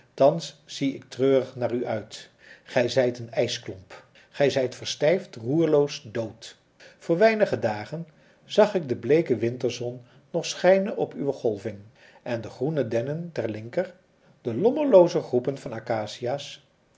thans zie ik treurig naar u uit gij zijt een ijsklomp gij zijt verstijfd roerloos dood voor weinige dagen zag ik de bleeke winterzon nog schijnen op uwe golving en de groene dennen ter linker de lommerlooze groepen van acacia's